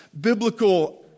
biblical